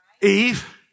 Eve